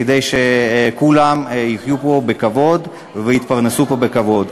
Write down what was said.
כדי שכולם יחיו פה בכבוד ויתפרנסו פה בכבוד.